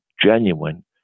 genuine